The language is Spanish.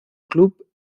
club